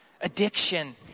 addiction